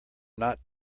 not